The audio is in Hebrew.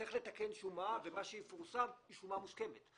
צריך לתקן שומה ומה שיפורסם הוא שומה מוסכמת.